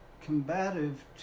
combative